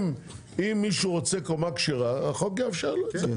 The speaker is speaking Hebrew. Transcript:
אם מישהו רוצה קומה כשרה החוק יאפשר לו את זה.